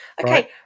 Okay